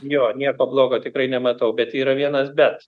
jo nieko blogo tikrai nematau bet yra vienas bet